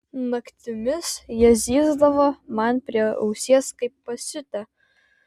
naktimis jie zyzdavo man prie ausies kaip pasiutę